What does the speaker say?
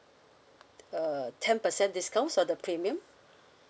uh ten percent discounts for the premium